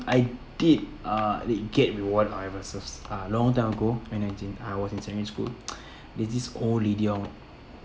I did uh did get reward however it was uh long time ago when I'm in I was in secondary school there's this old lady